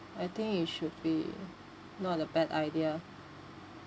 I think it should be not a bad idea